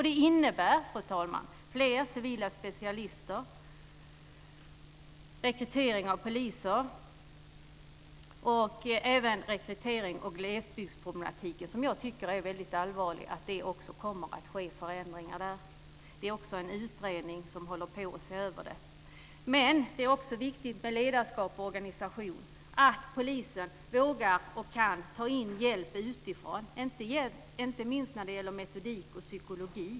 Det innebär, fru talman, fler civila specialister, rekrytering av poliser och även åtgärder mot glesbygdsproblematiken. Det är viktigt att det sker förändringar här. Det pågår också en utredning som ser över glesbygdsproblematiken. Men det är också viktigt med ledarskap och organisation, att polisen vågar och kan ta in hjälp utifrån, inte minst när det gäller metodik och psykologi.